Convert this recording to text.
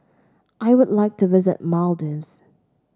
I would like to visit Maldives